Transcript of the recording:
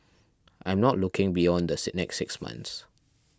I'm not looking beyond the next six months